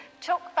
took